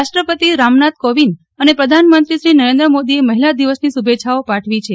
રાષ્ટ્રપતિ રામનાથ કોવિંદ અને પ્રધાનમંત્રી નરેન્દ્ર મોદીએ મહિલા દિવસની શુભેચ્છાઓ પાઠવી છે